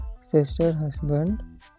sister-husband